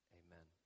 amen